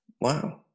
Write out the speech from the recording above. Wow